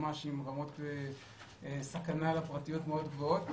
עם רמות סכנה לפרטיות גבוהות מאוד.